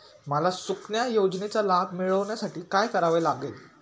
मला सुकन्या योजनेचा लाभ मिळवण्यासाठी काय करावे लागेल?